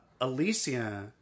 Alicia